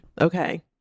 Okay